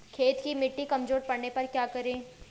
खेत की मिटी कमजोर पड़ने पर क्या करें?